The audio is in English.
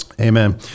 Amen